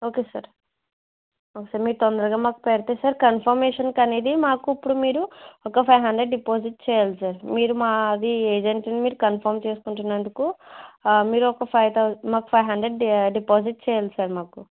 okay sir ఒకసారి మీరు తొందరగా మాకు పెడితే సార్ కన్ఫర్మేషన్కి అనేది మాకు ఇప్పుడు మీరు ఒక ఫైవ్ హండ్రెడ్ డిపాజిట్ చేయాలి సార్ మీరు మా అది ఏజెంట్ని మీరు కన్ఫర్మ్ చేసుకుంటున్నందుకు మీరు ఒక ఫైవ్ థౌసండ్ మాకు ఫైవ్ హండ్రెడ్ డి డిపాజిట్ చేయాలి సార్ మాకు